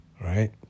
right